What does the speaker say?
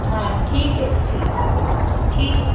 ਹਾਂ ਠੀਕ ਹੈ ਜੀ ਠੀਕ ਠੀਕ